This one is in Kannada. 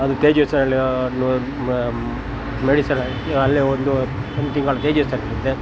ಅದು ಕೈಗೆ ಮನೆ ಸರ ಹಾಕಿ ಅಲ್ಲೇ ಒಂದು ತಿಂಗಳು ತೇಜಸ್ವಿ ಆಸ್ಪತ್ರೆ